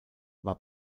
war